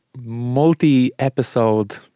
multi-episode